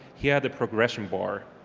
he had the progression bar,